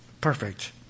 perfect